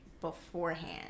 beforehand